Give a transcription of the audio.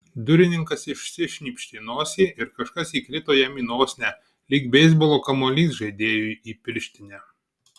durininkas išsišnypštė nosį ir kažkas įkrito jam į nosinę lyg beisbolo kamuolys žaidėjui į pirštinę